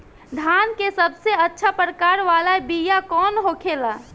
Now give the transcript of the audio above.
धान के सबसे अच्छा प्रकार वाला बीया कौन होखेला?